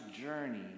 journey